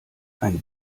ein